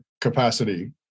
capacity